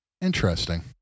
Interesting